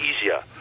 easier